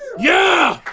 yeah!